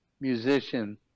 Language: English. musician